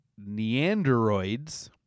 Neanderoids